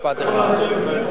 משפט אחד.